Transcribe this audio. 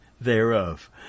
thereof